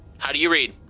how do you read?